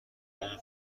اون